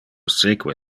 seque